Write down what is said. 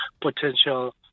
potential